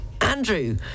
Andrew